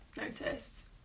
noticed